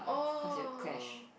cause it'll clash